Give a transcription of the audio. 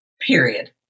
Period